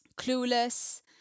Clueless